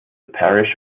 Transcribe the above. parish